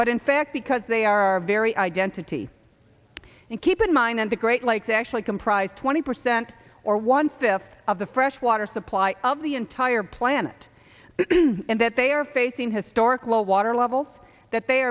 but in fact because they are very identity and keep in mind and the great lakes actually comprise twenty percent or one fifth of the fresh water supply of the entire planet and that they are facing historic low water levels that they